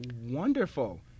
wonderful